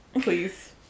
please